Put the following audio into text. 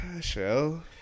Shell